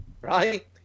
Right